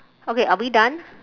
okay are we done